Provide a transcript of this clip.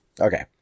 Okay